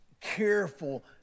careful